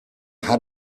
how